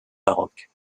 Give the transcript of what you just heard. baroque